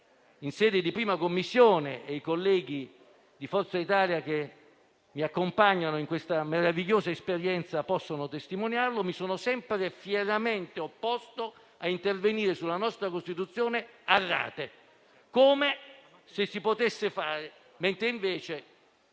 questo, in 1a Commissione - i colleghi di Forza Italia, che mi accompagnano in questa meravigliosa esperienza, possono testimoniarlo - mi sono sempre fieramente opposto in più occasioni a intervenire sulla nostra Costituzione a rate, come se si potesse fare: non